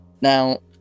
now